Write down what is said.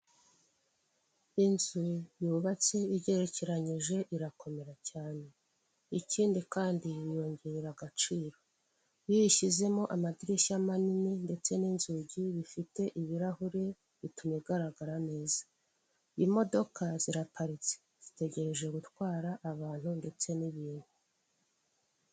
Inzu yubatse igerekeranyije irakomera cyane, ikindi kandi biyongerera agaciro. Iyo uyishyizemo amadirishya manini ndetse n'inzugi bifite ibirahure, bituma igaragara neza, imodoka ziraparitse zitegereje gutwara abantu ndetse n'ibintu.